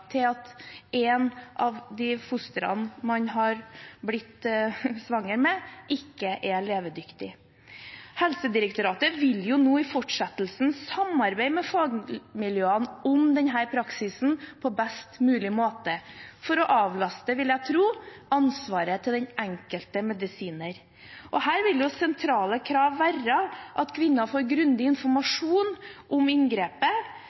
til at ett av de fostrene man er blitt svanger med, ikke er levedyktig. Helsedirektoratet vil nå i fortsettelsen samarbeide med fagmiljøene om denne praksisen på best mulig måte, for å avlaste – vil jeg tro – ansvaret til den enkelte medisiner. Her vil sentrale krav være at kvinnen får grundig informasjon om inngrepet,